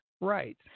Right